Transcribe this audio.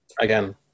again